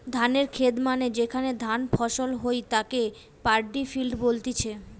ধানের খেত মানে যেখানে ধান ফসল হই থাকে তাকে পাড্ডি ফিল্ড বলতিছে